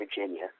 Virginia